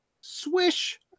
Swish